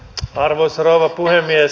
arvoisa rouva puhemies